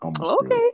Okay